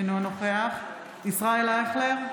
אינו נוכח ישראל אייכלר,